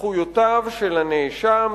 שזכויותיו של הנאשם,